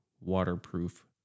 waterproof